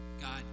God